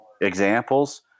examples